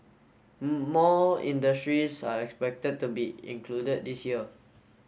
more industries are expected to be included this year